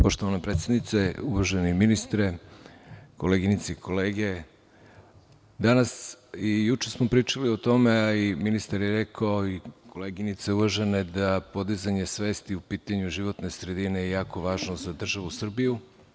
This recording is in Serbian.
Poštovana predsednice, uvaženi ministre, koleginice i kolege, danas i juče smo pričali o tome, a i ministar je rekao, kao i koleginice uvažene, da podizanje svesti po pitanju životne sredine je jako važno za državu Srbiju.